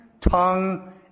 tongue